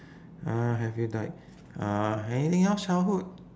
uh have you died uh anything else childhood